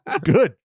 good